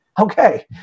Okay